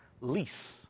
lease